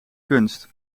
kunst